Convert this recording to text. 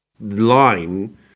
line